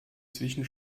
zwischen